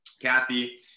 Kathy